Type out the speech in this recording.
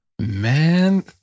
Man